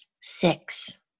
Six